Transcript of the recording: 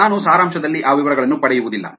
ನಾನು ಸಾರಾಂಶದಲ್ಲಿ ಆ ವಿವರಗಳನ್ನು ಪಡೆಯುವುದಿಲ್ಲ